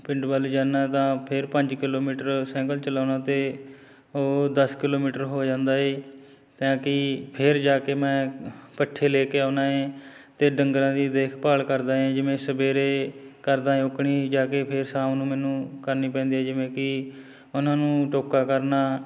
ਪਿੰਡ ਵੱਲ ਜਾਂਦਾ ਤਾਂ ਫਿਰ ਪੰਜ ਕਿਲੋਮੀਟਰ ਸਾਈਕਲ ਚਲਾਉਣਾ ਅਤੇ ਉਹ ਦਸ ਕਿਲੋਮੀਟਰ ਹੋ ਜਾਂਦਾ ਏ ਤਾਂ ਕਿ ਫਿਰ ਜਾ ਕੇ ਮੈਂ ਪੱਠੇ ਲੈ ਕੇ ਆਉਂਦਾ ਏ ਅਤੇ ਡੰਗਰਾਂ ਦੀ ਦੇਖਭਾਲ ਕਰਦਾ ਏ ਜਿਵੇਂ ਸਵੇਰੇ ਕਰਦਾ ਉਕਣੀ ਜਾ ਕੇ ਫਿਰ ਸ਼ਾਮ ਨੂੰ ਮੈਨੂੰ ਕਰਨੀ ਪੈਂਦੀ ਆ ਜਿਵੇਂ ਕਿ ਉਹਨਾਂ ਨੂੰ ਟੋਕਾ ਕਰਨਾ